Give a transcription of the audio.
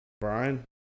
brian